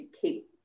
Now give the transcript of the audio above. keep